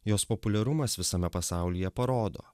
jos populiarumas visame pasaulyje parodo